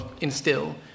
instill